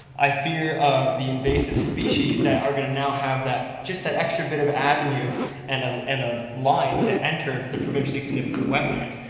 i fear of the invasive species that are going to now have that just that extra bit of avenue and ah and a line to enter the provincially significant wetlands.